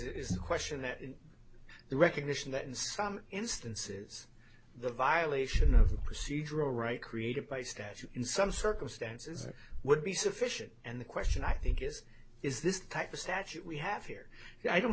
no question that the recognition that in some instances the violation of the procedural right created by statute in some circumstances would be sufficient and the question i think is is this type of statute we have here i don't